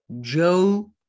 Joe